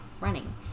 Running